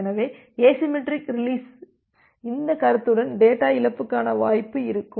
எனவே எசிமெட்ரிக் ரீலிசின் இந்த கருத்துடன் டேட்டா இழப்புக்கான வாய்ப்பு இருக்கும்